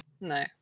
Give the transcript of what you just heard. No